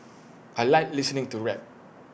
I Like listening to rap